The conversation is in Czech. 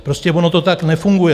Prostě ono to tak nefunguje.